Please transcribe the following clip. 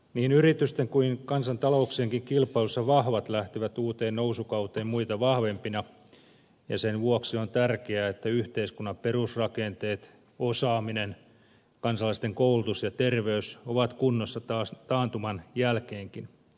niin yritysten kuin kansantalouksienkin kilpailussa vahvat lähtevät uuteen nousukauteen muita vahvempina ja sen vuoksi on tärkeää että yhteiskunnan perusrakenteet osaaminen kansalaisten koulutus ja terveys ovat kunnossa taantuman jälkeenkin